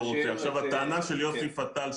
--- הטענה של יוסי פתאל,